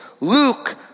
Luke